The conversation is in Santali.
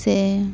ᱥᱮ